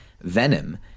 Venom